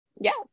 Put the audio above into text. Yes